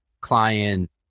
client